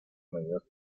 medidas